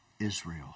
Israel